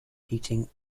heating